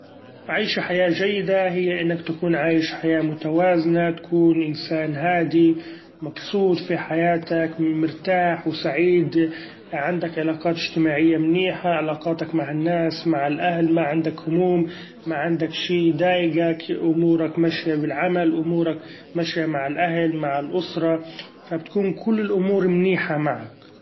عيش حياة چيدة هي إنك تكون عأيش حياة متوازنة ، تكون إنسأن هادي مبسوط في حياتك مرتاح وسعيد عندك علاقات اچتماعية منيحة علاقاتك مع الناس مع الاهل ، ما عندك هموم ما عندك شي يضأيقك، امورك ماشية بالعمل امورك ماشية مع الاهل مع الاسرة ف بتكون كل الامور منيحة معك.